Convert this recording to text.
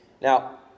Now